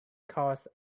caused